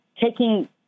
taking